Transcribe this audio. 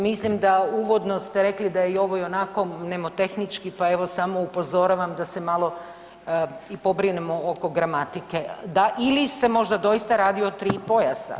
Mislim da uvodno ste rekli da je ovo i onako nomotehnički pa evo samo upozoravam da se malo pobrinemo oko gramatike ili se možda doista radi o tri pojasa.